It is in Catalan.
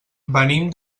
venim